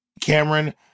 Cameron